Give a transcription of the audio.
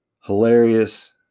hilarious